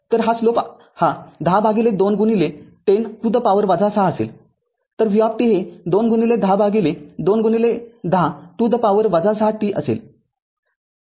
तर स्लोप हा १० भागिले २ १० to the power ६ असेल तर v हे २१०भागिले २१० to the power ६ t असेल